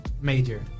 major